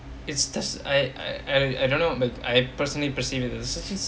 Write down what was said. it's does I I I don't know but I personally proceed with the